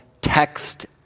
text